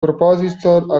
proposito